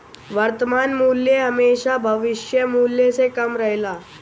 वर्तमान मूल्य हेमशा भविष्य मूल्य से कम रहेला